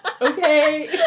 Okay